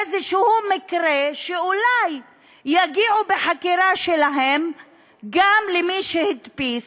או תחכה לאיזשהו מקרה שאולי יגיעו בחקירה שלהם גם למי שהדפיס,